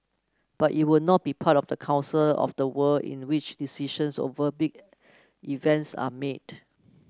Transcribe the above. but it will not be part of the council of the world in which decisions over big events are made